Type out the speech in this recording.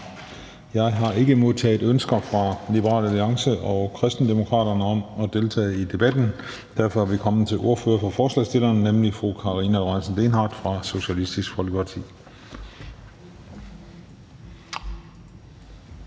Jeg har ikke modtaget ønsker fra Liberal Alliance og Kristendemokraterne om at deltage i debatten. Derfor er vi kommet til ordføreren for forslagsstillerne, fru Karina Lorentzen Dehnhardt fra Socialistisk Folkeparti.